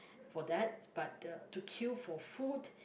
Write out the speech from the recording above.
for that but uh to queue for food